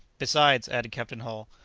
besides, added captain hull,